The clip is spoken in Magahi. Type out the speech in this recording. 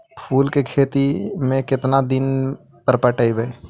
फूल के खेती में केतना दिन पर पटइबै?